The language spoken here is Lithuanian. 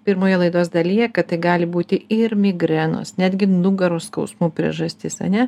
pirmoje laidos dalyje kad gali būti ir migrenos netgi nugaros skausmo priežastis ar ne